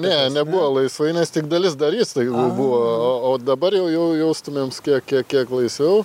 ne nebuvo laisvai nes tik dalis darys tai buvo o o dabar jau jau jaustumėms kiek kiek laisviau